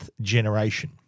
generation